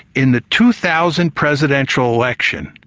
in the two thousand presidential election,